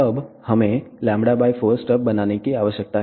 अब हमें λ4 स्टब बनाने की आवश्यकता है